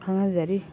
ꯈꯪꯍꯟꯖꯔꯤ